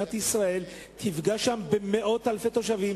שמדינת ישראל תפגע במאות אלפי תושבים